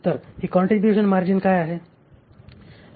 तर ही contribution margin काय आहे